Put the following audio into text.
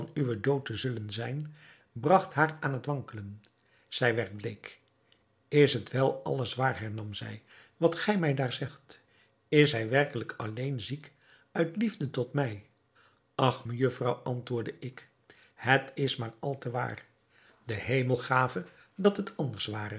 uwen dood te zullen zijn bragt haar aan het wankelen zij werd bleek is het wel alles waar hernam zij wat gij mij daar zegt is hij werkelijk alleen ziek uit liefde tot mij ach mejufvrouw antwoordde ik het is maar al te waar de hemel gave dat het anders ware